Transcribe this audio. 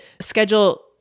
schedule